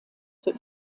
für